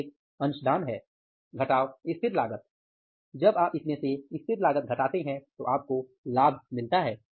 यह एक अंशदान है घटाव स्थिर लागत जब आप इसमें से स्थिर लागत घटाते हैं तो आपको लाभ मिलता है